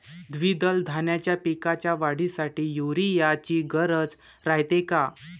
द्विदल धान्याच्या पिकाच्या वाढीसाठी यूरिया ची गरज रायते का?